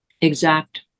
exact